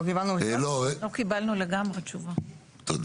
לא קיבלנו לגמרי תשובה.